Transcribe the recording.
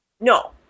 No